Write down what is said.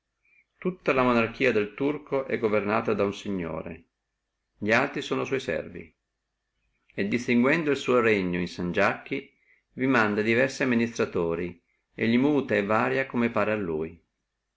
tutta la monarchia del turco è governata da uno signore li altri sono sua servi e distinguendo el suo regno in sangiachi vi manda diversi amministratori e li muta e varia come pare a lui